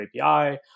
API